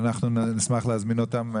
אנחנו נשמח להזמין אותם.